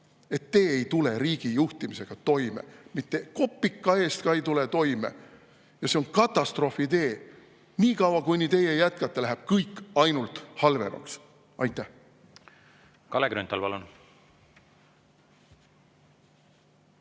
et te ei tule riigi juhtimisega toime. Mitte kopika eest ka ei tule toime. Ja see on katastroofitee. Nii kaua, kui teie jätkate, läheb kõik ainult halvemaks. Aitäh! Kui palju on